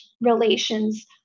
relations